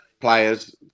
players